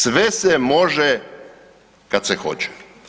Sve se može kad se hoće.